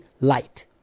light